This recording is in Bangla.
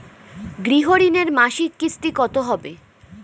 গৃহ ঋণের মাসিক কিস্তি কত হবে?